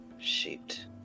Shoot